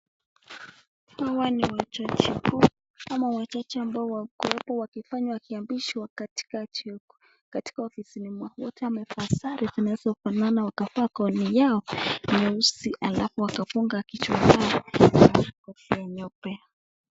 Hawa ni wajaji kuu ama wajaji ambao wakiwepo wakiapishwa katika ofisini mwao. Wote wamevaa sare zinazofanana wakavaa gauni yao nyeusi halafu wakafunga kichwa yao na kofia nyeupe.